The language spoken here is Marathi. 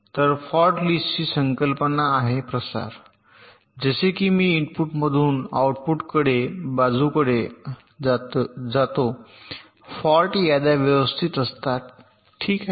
तर फॉल्ट लिस्टची संकल्पना आहे प्रसार जसे की मी इनपुटमधून आउटपुट बाजूकडे जाते फॉल्ट याद्या व्यवस्थित असतात ठीक आहे